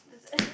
that's uh